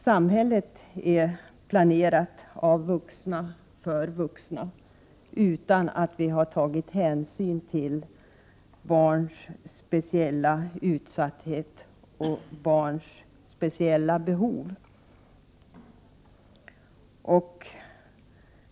Samhället är planerat av vuxna för vuxna utan att vi har tagit hänsyn till barnens utsatthet och deras speciella behov.